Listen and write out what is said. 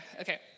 Okay